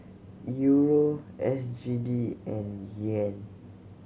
Euro S G D and Yuan